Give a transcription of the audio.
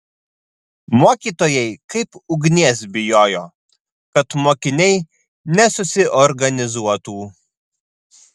mokytojai kaip ugnies bijojo kad mokiniai nesusiorganizuotų